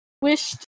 wished